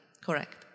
correct